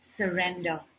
surrender